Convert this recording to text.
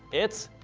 it's